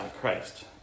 Christ